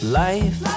life